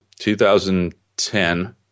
2010